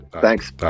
Thanks